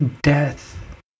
death